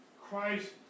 Christ